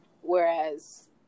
Whereas